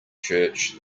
church